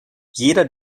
jeder